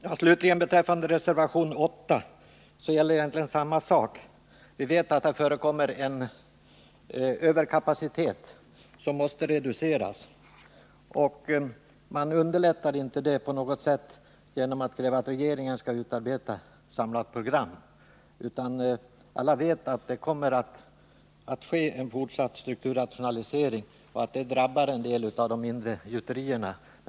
Vad slutligen beträffar reservation 8 gäller egentligen samma sak. Vi vet att det finns en överkapacitet som måste reduceras. Man underlättar inte det på något sätt genom att kräva att regeringen skall utarbeta ett samlat program. Alla vet att det kommer att ske en fortsatt strukturrationalisering och att den drabbar en del av de mindre gjuterierna.